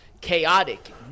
chaotic